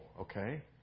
okay